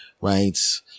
Right